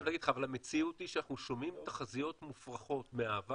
אני חייב להגיד לך שהמציאות היא שאנחנו שומעים תחזיות מופרכות מהעבר